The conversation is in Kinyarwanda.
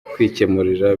kwikemurira